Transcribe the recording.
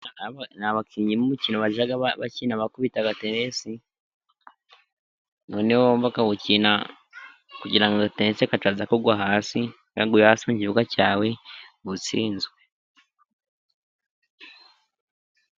Aba ni abakinnyi b'umukino bajya bakina bakubita tenisi, noneho bakawukina kugira ngo agatenesi kataza kugwa hasi, iyo kaguye hasi mu kibuga cyawe, uba utsinzwe.